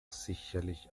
sicherlich